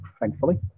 thankfully